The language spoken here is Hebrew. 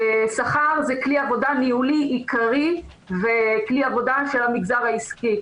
שכר הוא כלי עבודה ניהולי עיקרי וכלי עבודה של המגזר העסקי,